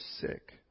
sick